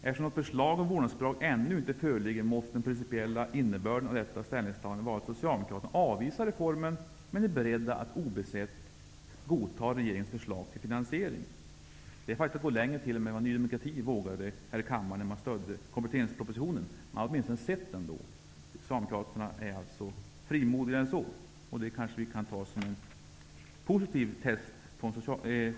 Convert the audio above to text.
Eftersom något förslag om vårdnadsbidrag ännu inte föreligger måste den principiella innebörden av detta ställningstagande vara att Socialdemokraterna avvisar reformen, men är beredda att obesett godta regeringens förslag till finansiering. Det är faktiskt att gå längre än vad t.o.m. Ny demokrati vågade när man stödde kompletteringspropositionen. Socialdemokraterna är alltså frimodigare än så. Det kanske vi kan ta som en positiv gest.